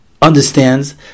Understands